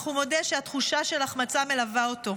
אך הוא מודה שהתחושה של החמצה מלווה אותו.